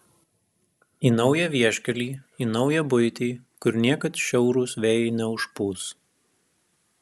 į naują vieškelį į naują buitį kur niekad šiaurūs vėjai neužpūs